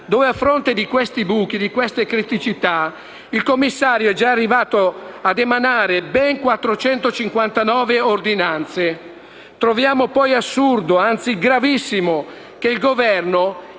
dove, a fronte di questi "buchi" e di queste criticità, il commissario è già arrivato ad emanare ben 459 ordinanze. Troviamo poi assurdo, anzi gravissimo, che il Governo,